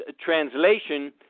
translation